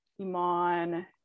Iman